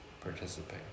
participate